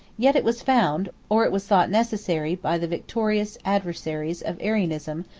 yet it was found, or it was thought, necessary, by the victorious adversaries of arianism,